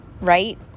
right